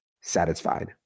satisfied